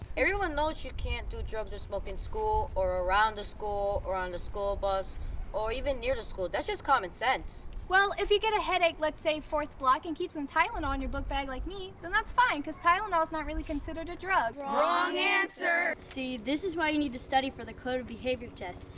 everyone knows you can't do drugs or smoke in school or around the school or on the school bus or even near the school. that's just common sense. well, if you get a headache, let's say fourth block, and keep some tylenol in your bag like me, then that's fine because tylenol's not really considered a drug. wrong answer. see, this is why you need to study for the code of behavior test.